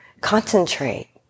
concentrate